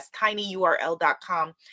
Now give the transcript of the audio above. tinyurl.com